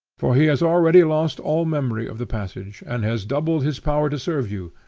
for he has already lost all memory of the passage, and has doubled his power to serve you,